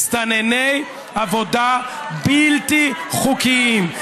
מסתנני עבודה בלתי חוקיים.